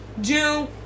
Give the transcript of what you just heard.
June